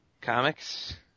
comics